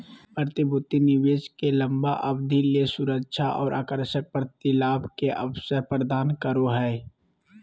प्रतिभूति निवेश के लंबा अवधि ले सुरक्षा और आकर्षक प्रतिलाभ के अवसर प्रदान करो हइ